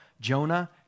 Jonah